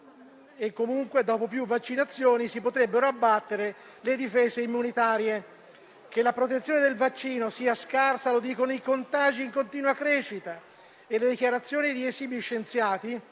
e che dopo più vaccinazioni si potrebbero abbattere le difese immunitarie. Che la protezione del vaccino sia scarsa lo dicono i contagi in continua crescita e le dichiarazioni di esimi scienziati.